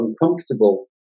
uncomfortable